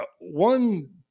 one